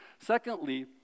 Secondly